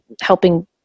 helping